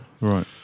Right